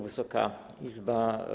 Wysoka Izbo!